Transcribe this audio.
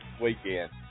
weekend